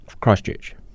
Christchurch